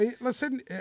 Listen